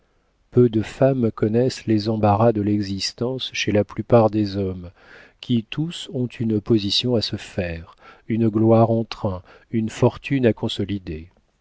peu de femmes connaissent les embarras de l'existence chez la plupart des hommes qui tous ont une position à se faire une gloire en train une fortune à consolider